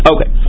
Okay